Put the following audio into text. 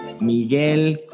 Miguel